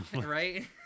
right